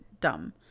dumb